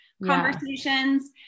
conversations